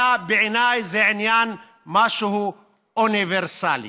אלא בעיניי זה משהו אוניברסלי.